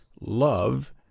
love